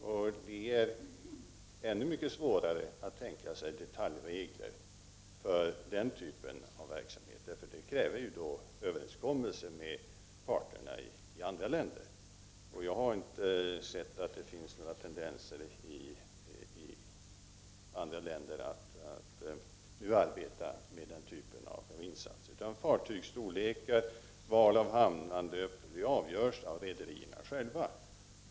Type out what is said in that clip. Det är därför så mycket svårare att tänka sig detaljregler för den här typen av verksamhet, för det kräver ju överenskommelser med parterna i andra länder. Jag har inte sett att det finns några tendenser i andra länder till en vilja att nu arbeta med den typen av insatser. Fartygsstorlekar och val av hamnanlöp är frågor som avgörs av rederierna själva.